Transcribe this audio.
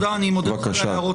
אני מודה לך על ההערה.